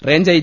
range I